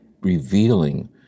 revealing